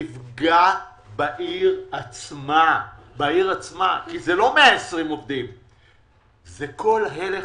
נפגע בעיר עצמה כי אלה לא 120 עובדים אלא זה כל הלך